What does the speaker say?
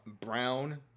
Brown